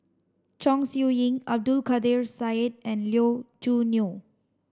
Chong Siew Ying Abdul Kadir Syed and Lee Choo Neo